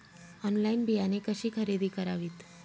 Online बियाणे कशी खरेदी करावीत?